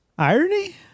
irony